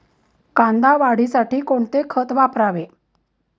कांदा वाढीसाठी कोणते खत वापरावे?